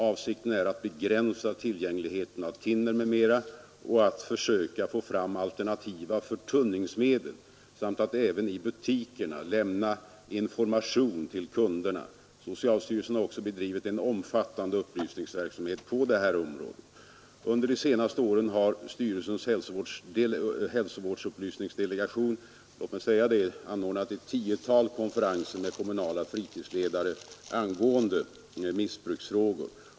Avsikten har varit att begränsa tillgängligheten av thinner m. m samt att försöka få fram alternativa förtunningsmedel och även att i butikerna lämna viss information till kunderna. Socialstyrelsen har också bedrivit en omfat tande upplysningsverksamhet på detta område. Under senaste åren har styrelsens hälsovårdsupplysningsdelegation anordnat ett tiotal konferenser med kommunala fritidsledare angående missbruksfrågor.